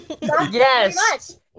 Yes